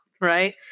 Right